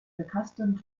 accustomed